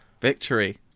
victory